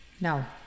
Now